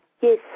Yes